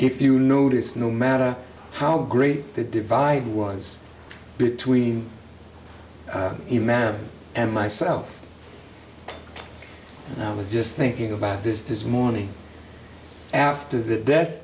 if you notice no matter how great the divide was between eman and myself and i was just thinking about this this morning after the death